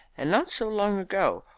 and not so long ago,